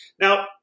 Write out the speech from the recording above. Now